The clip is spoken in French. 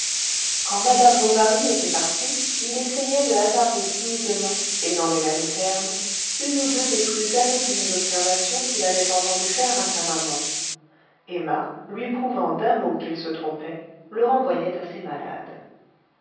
quand madame bovary était partie il essayait de hasarder timidement et dans les mêmes termes une ou deux des plus anodines observations qu'il avait entendu faire à sa maman emma lui prouvant d'un mot qu'il se trompait le renvoyait à ses malades